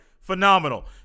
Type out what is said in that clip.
Phenomenal